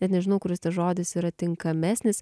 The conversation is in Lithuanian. net nežinau kuris tas žodis yra tinkamesnis